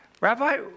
Rabbi